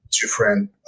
different